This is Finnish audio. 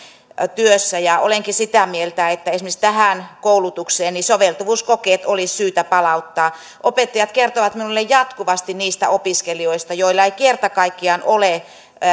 työssä ja olenkin sitä mieltä että esimerkiksi tähän koulutukseen soveltuvuuskokeet olisi syytä palauttaa opettajat kertovat minulle jatkuvasti niistä opiskelijoista joilla ei kerta kaikkiaan ole